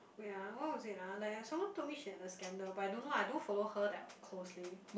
wait ah what was it lah like I someone told me she had a scandal but I don't know ah I don't follow her that closely